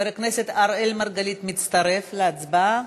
חבר הכנסת אראל מרגלית מצטרף להצבעה,